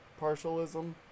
Partialism